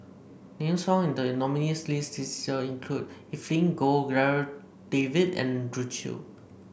names found in the nominees' list this year include Evelyn Goh Darryl David and Andrew Chew